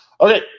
Okay